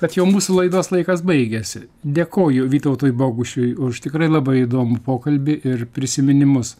kad jau mūsų laidos laikas baigiasi dėkoju vytautui bogušiui už tikrai labai įdomų pokalbį ir prisiminimus